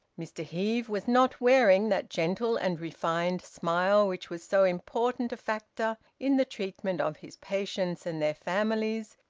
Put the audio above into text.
mr heve was not wearing that gentle and refined smile which was so important a factor in the treatment of his patients and their families,